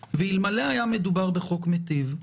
אלמלא היה מדובר בחוק מיטיב,